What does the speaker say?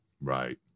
Right